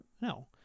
No